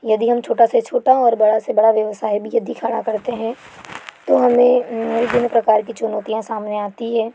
यदि हम छोटा से छोटा और बड़ा से बड़ा व्यवसाय भी यदि खड़ा करते हैं तो हमें विभिन्न प्रकार की चुनौतियाँ सामने आती हैं